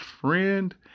friend